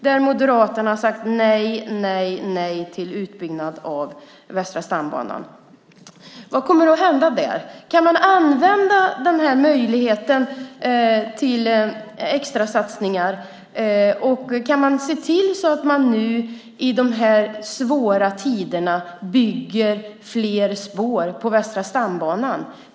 Där har Moderaterna sagt nej till utbyggnad av Västra stambanan. Kan man använda möjligheten till extrasatsningar, och kan man se till att man nu, i dessa svåra tider, bygger fler spår på Västra stambanan?